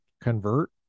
convert